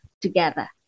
together